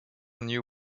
new